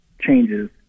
changes